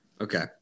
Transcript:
Okay